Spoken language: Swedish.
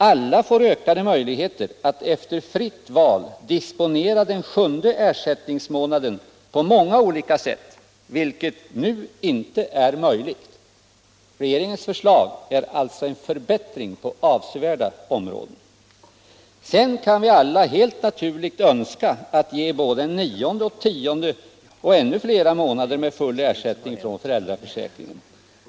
Alla får ökade möjligheter att efter fritt val disponera den sjunde ersättningsmånaden på många olika sätt, vilket nu inte är möjligt. Regeringens förslag är alltså en förbättring på avsevärda områden. Sedan kan vi alla helt naturligt önska att ge både nionde och tionde och ännu flera månader med full ersättning från föräldraförsäkringen.